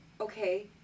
Okay